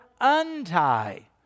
untie